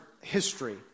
history